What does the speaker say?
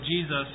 Jesus